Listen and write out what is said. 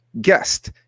guest